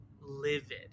livid